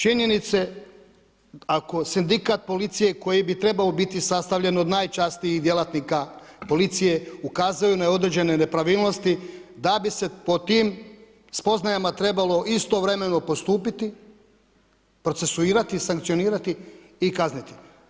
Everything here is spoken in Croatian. Činjenice, ako sindikat policije koji bi trebao biti sastavljen od najčasnijih djelatnika policije, ukazuje na određene nepravilnosti, da bi se po tim spoznajama trebalo istovremeno postupiti, procesuirati, sankcionirati i kazniti.